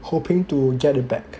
hoping to get it back